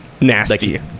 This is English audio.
Nasty